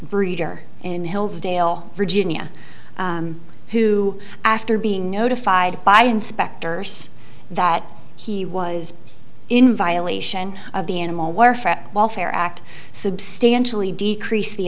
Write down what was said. breeder in hillsdale virginia who after being notified by inspectors that he was in violation of the animal where for welfare act substantially decreased the